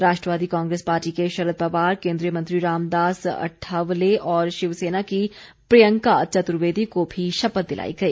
राष्ट्रवादी Congress party के शरद पवार केन्द्रीय मंत्री रामदास अठावले और शिवसेना की प्रियंका चतुर्वेदी को भी शपथ दिलाई गई